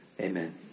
Amen